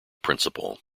principle